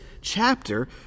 chapter